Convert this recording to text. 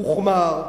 הוחמר.